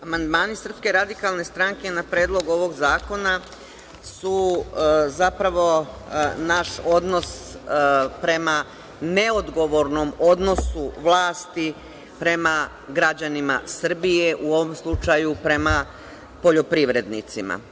Amandmani SRS na Predlog ovog zakona su, zapravo, naš odnos prema neodgovornom odnosu vlasti prema građanima Srbije, u ovom slučaju prema poljoprivrednicima.